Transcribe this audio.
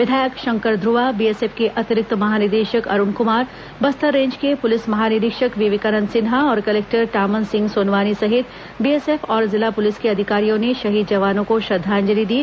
विधायक शंकर ध्रुवा बीएसएफ के अतिरिक्त महानिदेशक अरुण कुमार बस्तर रेंज के पुलिस महानिरीक्षक विवेकानंद सिन्हा और कलेक्टर टामन सिंह सोनवानी सहित बीएसएफ और जिला पुलिस के अधिकारियों ने शहीद जवानों को श्रद्धांजलि दी